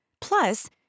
Plus